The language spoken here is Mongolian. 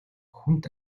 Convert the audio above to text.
хүнд